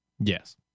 Yes